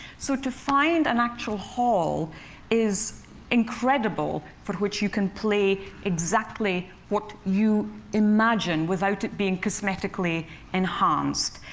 so to find an actual hall is incredible for which you can play exactly what you imagine, without it being cosmetically enhanced.